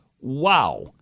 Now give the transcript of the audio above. Wow